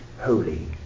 holy